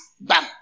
bam